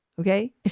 okay